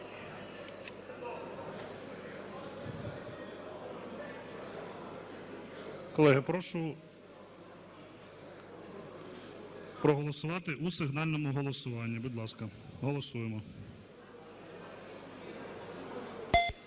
Колеги, прошу проголосувати у сигнальному голосуванні. Будь ласка, голосуємо.